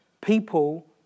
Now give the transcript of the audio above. people